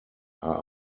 are